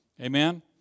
Amen